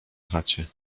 chacie